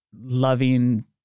loving